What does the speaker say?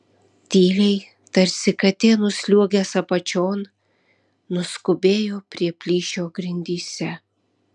tyliai tarsi katė nusliuogęs apačion nuskubėjo prie plyšio grindyse